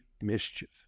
mischief